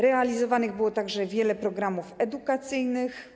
Realizowanych było także wiele programów edukacyjnych.